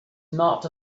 not